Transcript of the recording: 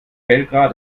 belgrad